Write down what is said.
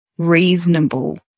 reasonable